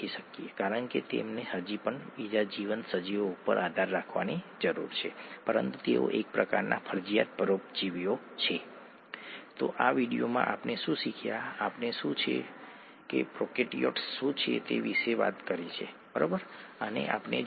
પીએચના એક તબક્કે તેઓ ઉકેલમાંથી બહાર આવ્યા તેઓ એકબીજા સાથે વાતચીત કરીને રચાયા તેઓ દહીંવાળા થઈ ગયા અને આ રીતે દહીં રચાય છે ખરું ને